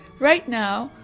right now,